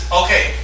okay